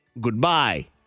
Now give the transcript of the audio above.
goodbye